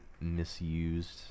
misused